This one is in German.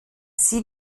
sie